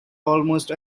almost